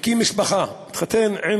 מקים משפחה, מתחתן עם